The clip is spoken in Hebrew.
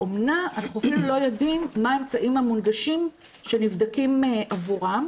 באומנה אנחנו אפילו לא יודעים מה האמצעים המונגשים שנבדקים עבורם.